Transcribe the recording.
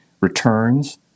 returns